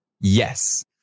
yes